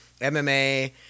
MMA